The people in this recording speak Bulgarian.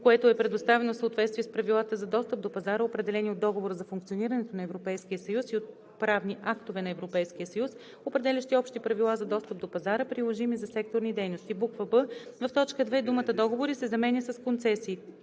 което е предоставено в съответствие с правилата за достъп до пазара, определени от Договора за функционирането на Европейския съюз, и от правни актове на Европейския съюз, определящи общи правила за достъп до пазара, приложими за секторните дейности.“; б) в т. 2 думата „Договори“ се заменя с „Концесии“;